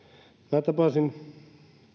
tapasin